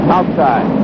Outside